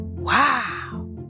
Wow